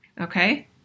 Okay